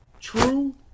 true